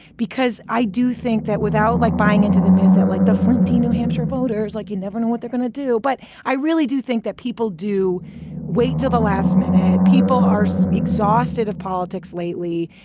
because i do think that without like buying into the myth that like the flinty new hampshire voters, like you never know what they're going to do. but i really do think that people do wait till the last minute. people are so exhausted of politics lately.